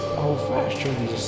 old-fashioned